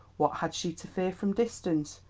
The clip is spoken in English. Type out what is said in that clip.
what had she to fear from distance,